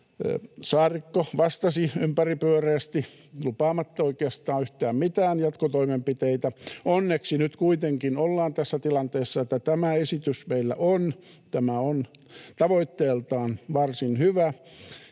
Saarikko vastasi ympäripyöreästi lupaamatta oikeastaan yhtään mitään jatkotoimenpiteitä. Onneksi nyt kuitenkin ollaan tässä tilanteessa, että tämä esitys meillä on. Tämä on tavoitteeltaan varsin hyvä,